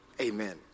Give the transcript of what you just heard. Amen